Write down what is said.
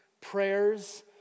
prayers